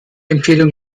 empfehlung